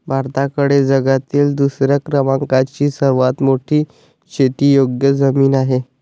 भारताकडे जगातील दुसऱ्या क्रमांकाची सर्वात मोठी शेतीयोग्य जमीन आहे